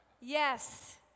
Yes